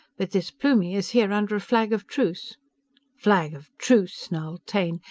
but this plumie is here under a flag of truce flag of truce! snarled taine.